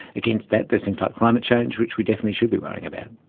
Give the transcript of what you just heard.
against that there's things like climate change, which we definitely should be worrying about.